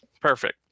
Perfect